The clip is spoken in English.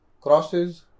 crosses